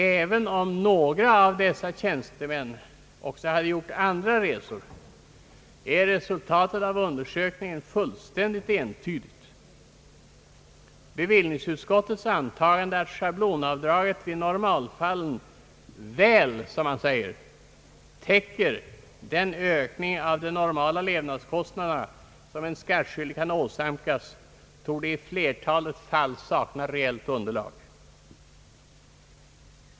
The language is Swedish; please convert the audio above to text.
Även om några av dessa tjänstemän också hade gjort andra resor är resultatet av undersökningen fullständigt entydigt. Bevillningsutskottets antagande att, som man säger, schablonavdraget i normalfallet väl täcker den ökning av de normala levnadskostnaderna, som en skattskyldig kan åsamkas, torde i flertalet fall sakna reellt underlag.